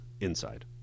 inside